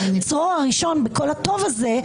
בצרור הראשון בכל הטוב הזה,